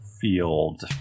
field